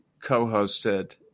co-hosted